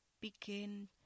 begin